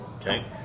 Okay